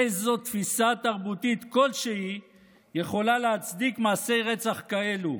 איזו תפיסה תרבותית כלשהי יכולה להצדיק מעשי רצח כאלו,